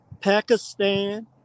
Pakistan